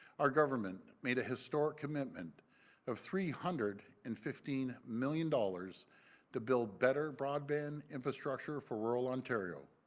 our government made a historic commitment of three hundred and fifteen million dollars to build better broadband infrastructure for rural ontario.